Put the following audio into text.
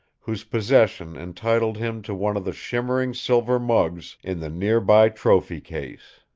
whose possession entitled him to one of the shimmering silver mugs in the near-by trophy case.